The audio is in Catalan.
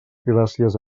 gràcies